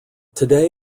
today